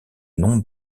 nom